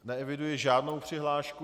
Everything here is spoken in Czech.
Neeviduji žádnou přihlášku.